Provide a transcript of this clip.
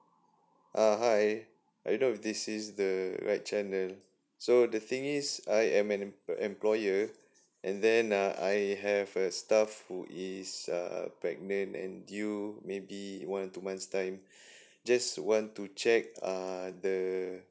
uh hi I don't know if this is the right channel so the thing is I am an employer and then uh I have a staff who is uh pregnant and due maybe one or two months time just want to check uh the